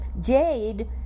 Jade